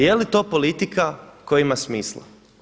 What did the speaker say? Je li to politika koja ima smisla?